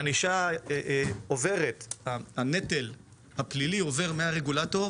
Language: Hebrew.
הענישה, הנטל הפלילי עוברת מהרגולטור